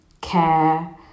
care